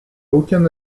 aucun